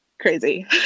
Crazy